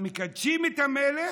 מקדשים את המלך,